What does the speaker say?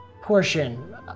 Portion